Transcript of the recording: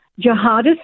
jihadists